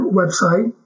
website